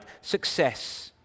success